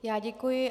Já děkuji.